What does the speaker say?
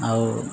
ଆଉ